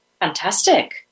Fantastic